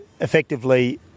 effectively